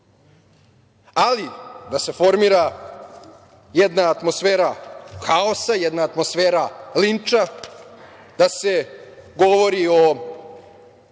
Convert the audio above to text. da se formira jedna atmosfera haosa, atmosfera linča, da se govori o,